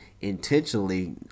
intentionally